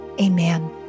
Amen